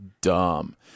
dumb